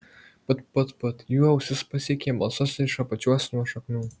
put put put jų ausis pasiekė balsas iš apačios nuo šaknų